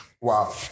Wow